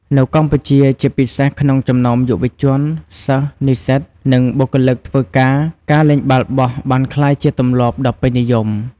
នៅកម្ពុជា ជាពិសេសក្នុងចំណោមយុវជន សិស្ស និស្សិត និងបុគ្គលិកធ្វើការ ការលេងបាល់បោះបានក្លាយជាទម្លាប់ដ៏ពេញនិយម។